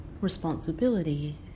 responsibility